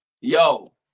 Yo